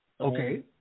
Okay